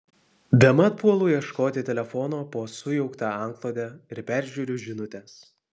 bemat puolu ieškoti telefono po sujaukta antklode ir peržiūriu žinutes